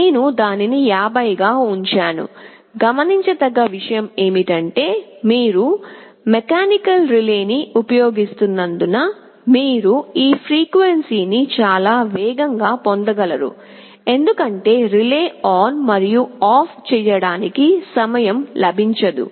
నేను దానిని 50 గా ఉంచాను గమనించదగ్గ విషయం ఏమిటంటే మీరు మెకానికల్ రిలే ని ఉపయోగిస్తున్నందున మీరు ఈ ఫ్రీక్వెన్సీ ని చాలా వేగంగా పొందలేరు ఎందుకంటే రిలే ఆన్ మరియు ఆఫ్ చేయడానికి సమయం లభించదు